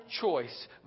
choice